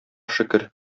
шөкер